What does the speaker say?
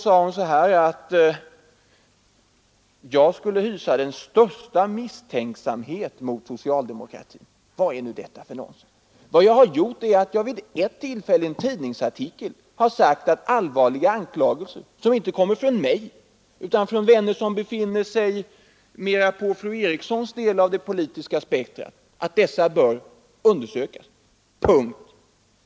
sade fru Eriksson att jag skulle hysa den största misstänksamhet mot socialdemokratin. Vad är detta för trams? Jag har vid ett tillfälle sagt i en tidningsartikel att allvarliga anklagelser — som inte kommer från mig utan från personer som befinner sig mera på fru Erikssons del av det politiska spektret — bör undersökas.